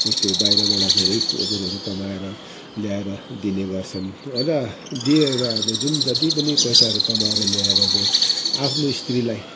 उसले बाहिरबाट धेरै कुरोहरू कमाएर ल्याएर दिने गर्छन् र दिएर अब जुन जति पनि पैसाहरू कमाएर ल्याएर चाहिँ आफ्नो स्त्रीलाई